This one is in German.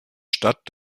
stadt